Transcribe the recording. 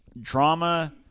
drama